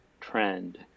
trend